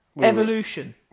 Evolution